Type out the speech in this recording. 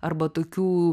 arba tokių